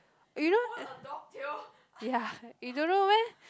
you know ya you don't know meh